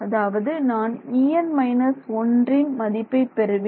அதாவது நான் En−1 மதிப்பை பெறுவேன்